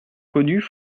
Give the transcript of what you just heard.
connus